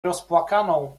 rozpłakaną